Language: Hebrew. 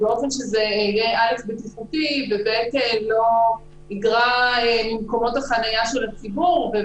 לכן: א' באופן שזה יהיה בטיחותי וב' לא יגרע ממקומות החנייה של הציבור.